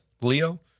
Leo